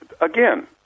again